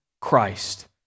Christ